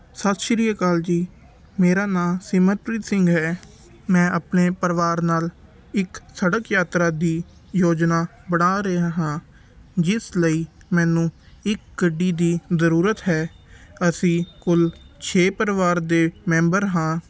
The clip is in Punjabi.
ਸਤਿ ਸ਼੍ਰੀ ਅਕਾਲ ਜੀ ਮੇਰਾ ਨਾਂ ਸਿਮਰਪ੍ਰੀਤ ਸਿੰਘ ਹੈ ਮੈਂ ਆਪਣੇ ਪਰਿਵਾਰ ਨਾਲ ਇੱਕ ਸੜਕ ਯਾਤਰਾ ਦੀ ਯੋਜਨਾ ਬਣਾ ਰਿਹਾ ਹਾਂ ਜਿਸ ਲਈ ਮੈਨੂੰ ਇੱਕ ਗੱਡੀ ਦੀ ਜ਼ਰੂਰਤ ਹੈ ਅਸੀਂ ਕੁਲ ਛੇ ਪਰਿਵਾਰ ਦੇ ਮੈਂਬਰ ਹਾਂ